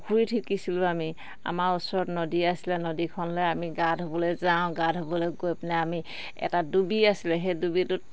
পুখুৰীত শিকিছিলোঁ আমি আমাৰ ওচৰত নদী আছিলে নদীখনলে আমি গা ধুবলে যাওঁ গা ধুবলৈ গৈ পেলাই আমি এটা ডুবি আছিলে সেই ডুবিটোত